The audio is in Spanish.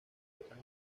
otros